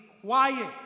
quiet